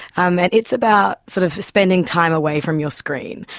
um and it's about sort of spending time away from your screen.